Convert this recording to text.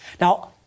Now